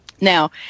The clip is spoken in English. Now